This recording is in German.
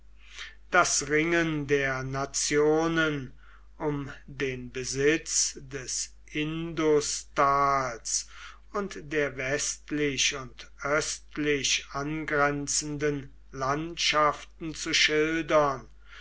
das ringen der nationen um den besitz des industals und der westlich und östlich angrenzenden landschaften zu schildern